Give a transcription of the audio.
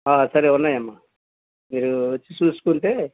సరే ఉన్నాయమ్మా మీరు వచ్చి చూసుకుంటే